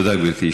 תודה, גברתי.